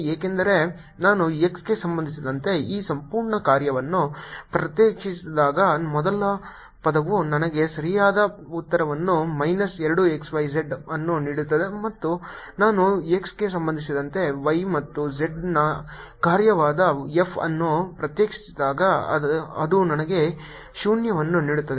ಏಕೆಂದರೆ ನಾನು x ಗೆ ಸಂಬಂಧಿಸಿದಂತೆ ಈ ಸಂಪೂರ್ಣ ಕಾರ್ಯವನ್ನು ಪ್ರತ್ಯೇಕಿಸಿದಾಗ ಮೊದಲ ಪದವು ನನಗೆ ಸರಿಯಾದ ಉತ್ತರವನ್ನು ಮೈನಸ್ 2 x y z ಅನ್ನು ನೀಡುತ್ತದೆ ಮತ್ತು ನಾನು x ಗೆ ಸಂಬಂಧಿಸಿದಂತೆ y ಮತ್ತು z ನ ಕಾರ್ಯವಾದ F ಅನ್ನು ಪ್ರತ್ಯೇಕಿಸಿದಾಗ ಅದು ನನಗೆ ಶೂನ್ಯವನ್ನು ನೀಡುತ್ತದೆ